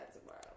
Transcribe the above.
tomorrow